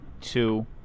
two